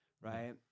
right